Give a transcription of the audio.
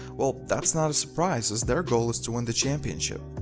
well, that's not a surprise as their goal is to win the championship.